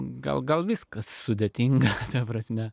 gal gal viskas sudėtinga prasme